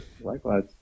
Likewise